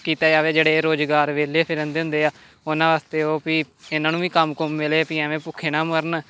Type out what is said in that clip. ਕੀਤਾ ਜਾਵੇ ਜਿਹੜੇ ਰੁਜ਼ਗਾਰ ਵਿਹਲੇ ਫਿਰਨ ਦੇ ਹੁੰਦੇ ਹਾਂ ਉਨ੍ਹਾਂ ਵਾਸਤੇ ਉਹ ਵੀ ਇਨ੍ਹਾਂ ਨੂੰ ਵੀ ਕੰਮ ਕੁੰਮ ਮਿਲੇ ਵੀ ਐਵੇਂ ਭੁੱਖੇ ਨਾ ਮਰਨ